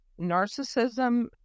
narcissism